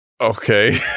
okay